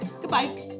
Goodbye